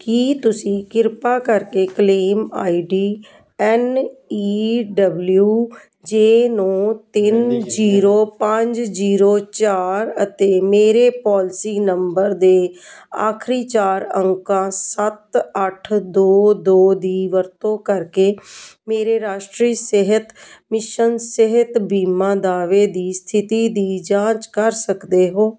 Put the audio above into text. ਕੀ ਤੁਸੀਂ ਕਿਰਪਾ ਕਰਕੇ claim I D N E W J ਨੌਂ ਤਿੰਨ ਜ਼ੀਰੋ ਪੰਜ ਜ਼ੀਰੋ ਚਾਰ ਅਤੇ ਮੇਰੇ ਪਾਲਿਸੀ ਨੰਬਰ ਦੇ ਆਖਰੀ ਚਾਰ ਅੰਕਾਂ ਸੱਤ ਅੱਠ ਦੋ ਦੋ ਦੀ ਵਰਤੋਂ ਕਰਕੇ ਮੇਰੇ ਰਾਸ਼ਟਰੀ ਸਿਹਤ ਮਿਸ਼ਨ ਸਿਹਤ ਬੀਮਾ ਦਾਅਵੇ ਦੀ ਸਥਿਤੀ ਦੀ ਜਾਂਚ ਕਰ ਸਕਦੇ ਹੋ